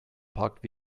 parked